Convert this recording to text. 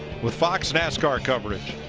with fox nascar coverage.